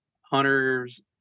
Hunter's